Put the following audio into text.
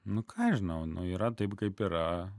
nukabinau nuo yra taip kaip yra